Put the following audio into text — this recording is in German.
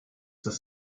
dass